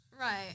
right